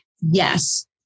Yes